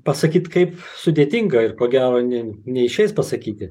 pasakyt kaip sudėtinga ir ko gero ni neišeis pasakyti